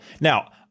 Now